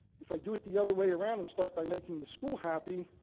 if i do it the other way around and start by making the school happy,